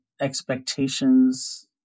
expectations